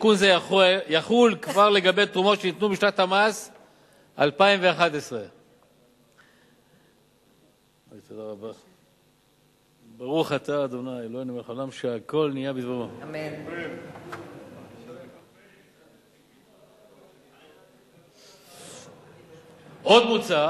תיקון זה יחול כבר לגבי תרומות שניתנו בשנת המס 2011. עוד מוצע